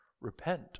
repent